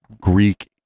greek